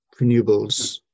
renewables